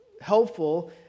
helpful